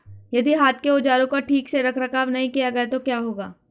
यदि हाथ के औजारों का ठीक से रखरखाव नहीं किया गया तो क्या होगा?